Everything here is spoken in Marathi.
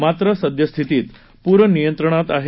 मात्र सद्यस्थितीत पूर नियंत्रणात आहे